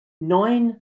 nine